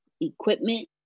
equipment